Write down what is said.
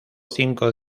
cinco